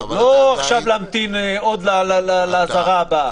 לא להמתין לאזהרה הבאה.